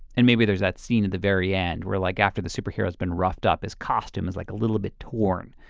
and maybe there's that scene in the very end we're like, after the superheroes been roughed up his costume is like a little bit torn.